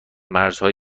مرزهای